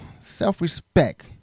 self-respect